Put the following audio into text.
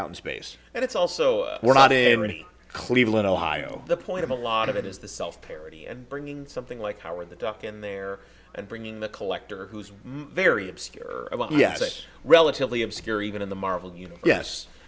out in space and it's also we're not in any cleveland ohio the point of a lot of it is the self parody and bringing something like howard the duck in there and bringing the collector who's very obscure about yes relatively obscure even in the marvel y